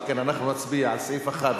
על כן אנחנו נצביע על סעיפים 1,